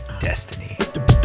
destiny